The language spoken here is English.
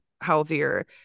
healthier